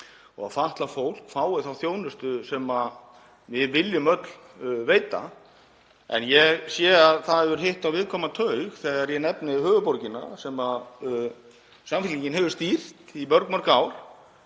og að fatlað fólk fái þá þjónustu sem við viljum öll veita. En ég sé að það hefur hitt á viðkvæma taug þegar ég nefndi höfuðborgina, sem Samfylkingin hefur stýrt í mörg mörg ár.